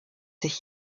sich